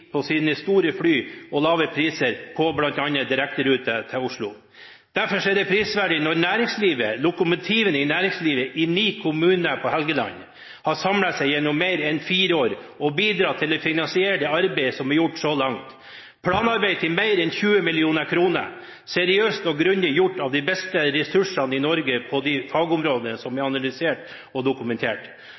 sine store fly og lave priser på bl.a. direkteruter til Oslo. Derfor er det prisverdig når næringslivet, lokomotivene i næringslivet i ni kommuner på Helgeland, har samlet seg og gjennom mer enn fire år bidratt til å finansiere det arbeidet som er gjort så langt. Det er planarbeid til mer enn 20 mill. kr, seriøst og grundig gjort av de beste ressursene i Norge på de fagområdene som er analysert og dokumentert.